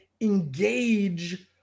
engage